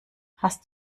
hast